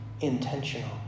intentional